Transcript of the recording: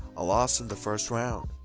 a loss in the first round.